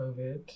COVID